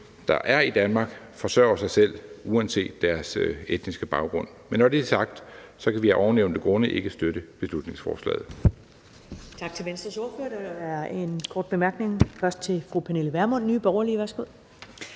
der er i Danmark, forsørger sig selv uanset deres etniske baggrund. Men når det er sagt, kan vi af ovennævnte grunde ikke støtte beslutningsforslaget.